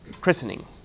christening